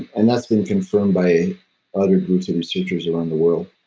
and that's been confirmed by other groups of researchers around the world.